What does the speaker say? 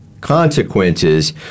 consequences